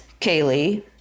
kaylee